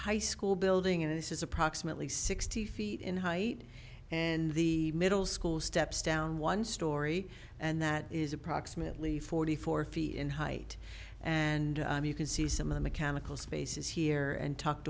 high school building and this is approximately sixty feet in height and the middle school steps down one story and that is approximately forty four feet in height and you can see some of the mechanical spaces here and tucked